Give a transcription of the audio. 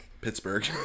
Pittsburgh